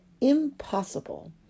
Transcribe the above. impossible